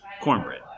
cornbread